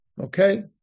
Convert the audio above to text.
okay